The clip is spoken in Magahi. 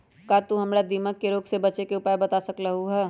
का तू हमरा दीमक के रोग से बचे के उपाय बता सकलु ह?